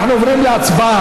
אנחנו עוברים להצבעה.